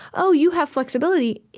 oh, you have flexibility,